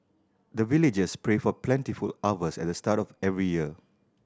the villagers pray for plentiful harvest at the start of every year